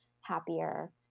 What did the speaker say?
happier